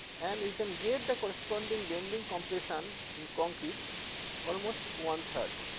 and you can get the correponding bending compression in concrete almost one-third.